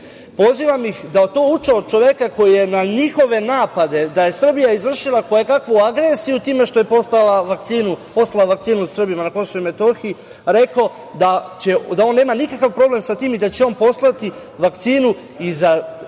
Pozivam ih da to uče od čoveka koji je na njihove napade da je Srbija izvršila koje kakvu agresiju time što je poslala vakcinu Srbima na KiM, rekao da on nema nikakav problem sa tim i da će on poslati vakcinu i za